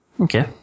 Okay